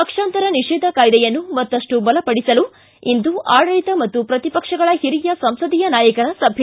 ಪಕ್ಷಾಂತರ ನಿಷೇಧ ಕಾಯ್ದೆಯನ್ನು ಮತ್ತಷ್ಟು ಬಲಪಡಿಸಲು ಇಂದು ಆಡಳಿತ ಮತ್ತು ಪ್ರತಿಪಕ್ಷಗಳ ಹಿರಿಯ ಸಂಸದೀಯ ನಾಯಕರ ಸಭೆ